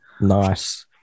Nice